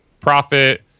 profit